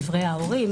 דברי ההורים,